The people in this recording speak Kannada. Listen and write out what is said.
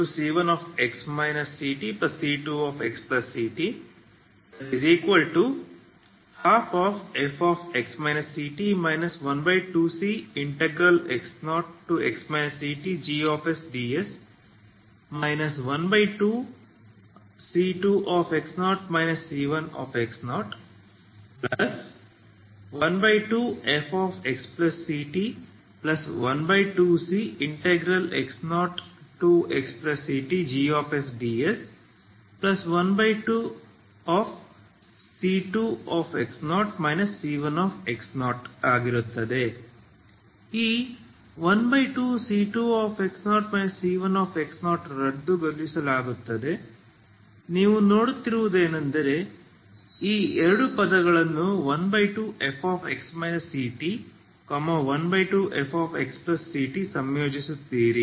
uxtc1x ctc2xct12fx ct 12cx0x ctgsds 12c2x0 c1x012fxct12cx0xctgsds12c2x0 c1 ಈ 12c2x0 c1 ರದ್ದುಗೊಳಿಸಲಾಗುತ್ತದೆ ನೀವು ನೋಡುತ್ತಿರುವುದೇನೆಂದರೇ ಈ ಎರಡು ಪದಗಳನ್ನು 12fx ct12fxct ಸಂಯೋಜಿಸುತ್ತೀರಿ